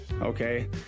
okay